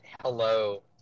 hello